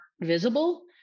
visible